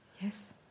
Yes